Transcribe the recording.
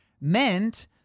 meant